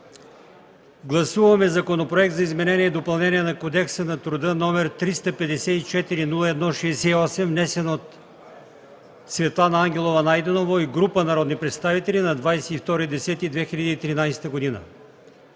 гласуваме Законопроект за изменение и допълнение на Кодекса на труда, № 354-01-68, внесен от Светлана Ангелова Найденова и група народни представители на 22 октомври